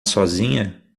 sozinha